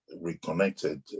reconnected